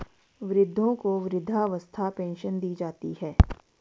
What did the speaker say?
वृद्धों को वृद्धावस्था पेंशन दी जाती है